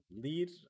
lead